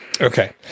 Okay